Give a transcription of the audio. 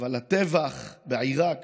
אבל הטבח בעיראק